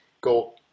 go